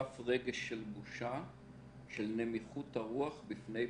שמחר חוק היסוד הזה ייכנס לספרי האזרחות של מערכת החינוך וילדים